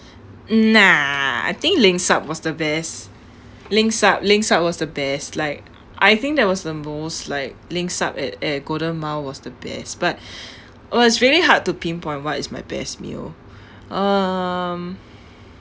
nah I think leng saap was the best leng saap leng saap was the best like I think that was the most like leng saap at at golden mile was the best but was really hard to pinpoint what is my best meal um